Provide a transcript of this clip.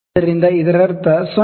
ಆದ್ದರಿಂದ ಇದರರ್ಥ 0